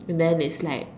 and then it's like